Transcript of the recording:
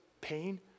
pain